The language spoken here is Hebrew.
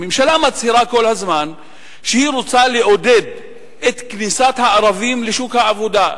הממשלה מצהירה כל הזמן שהיא רוצה לעודד את כניסת הערבים לשוק העבודה.